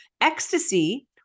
ecstasy